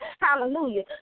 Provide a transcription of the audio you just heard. hallelujah